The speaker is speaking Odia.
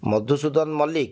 ମଧୁସୂଦନ ମଲ୍ଲିକ